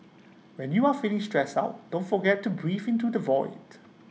when you are feeling stressed out don't forget to breathe into the void